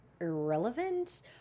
irrelevant